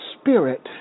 spirit